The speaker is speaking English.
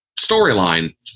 storyline